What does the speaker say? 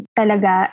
talaga